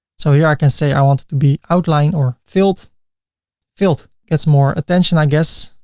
so here i can say i want it to be outline or filled filled gets more attention i guess,